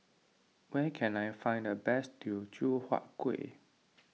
where can I find the best Teochew Huat Kuih